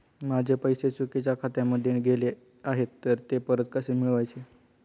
माझे पैसे चुकीच्या खात्यामध्ये गेले आहेत तर ते परत कसे मिळवायचे?